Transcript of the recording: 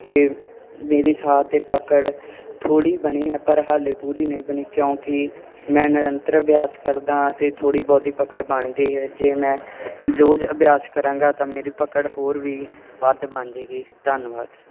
ਅਤੇ ਮੇਰੀ ਸਾਹ 'ਤੇ ਪਕੜ ਥੋੜ੍ਹੀ ਬਣੀ ਹੈ ਪਰ ਹਜੇ ਪੂਰੀ ਨਹੀਂ ਬਣੀ ਕਿਉਂਕਿ ਮੈਂ ਨਿਰੰਤਰ ਅਭਿਆਸ ਕਰਦਾ ਹਾਂ ਅਤੇ ਥੋੜ੍ਹੀ ਬਹੁਤੀ ਪਕੜ ਬਣ ਗਈ ਹੈ ਜੇ ਮੈਂ ਰੋਜ਼ ਅਭਿਆਸ ਕਰਾਂਗਾ ਤਾਂ ਮੇਰੀ ਪਕੜ ਹੋਰ ਵੀ ਵੱਧ ਬਣ ਜੇਗੀ ਧੰਨਵਾਦ